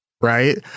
right